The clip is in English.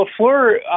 Lafleur